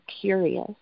curious